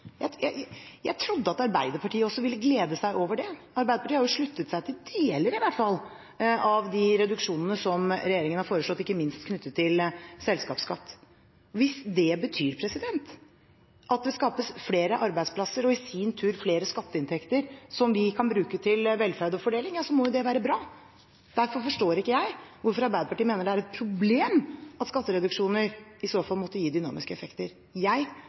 Jeg trodde at Arbeiderpartiet også ville glede seg over det. Arbeiderpartiet har jo sluttet seg til deler, i hvert fall, av de reduksjonene som regjeringen har foreslått ikke minst knyttet til selskapsskatt. Hvis det betyr at det skapes flere arbeidsplasser og i sin tur flere skatteinntekter som vi kan bruke til velferd og fordeling, må jo det være bra. Derfor forstår ikke jeg hvorfor Arbeiderpartiet mener det er et problem at skattereduksjoner i så fall måtte gi dynamiske effekter.